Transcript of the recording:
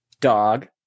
dog